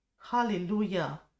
Hallelujah